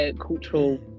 cultural